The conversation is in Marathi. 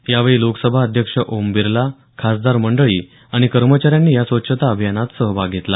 यावेळी लोकसभा अध्यक्ष ओम बिरला खासदार मंडळी आणि कर्मचाऱ्यांनी या स्वच्छता अभियानात सहभाग घेतला